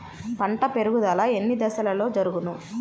పంట పెరుగుదల ఎన్ని దశలలో జరుగును?